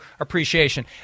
appreciation